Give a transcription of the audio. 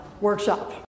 workshop